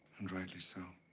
and rightly so.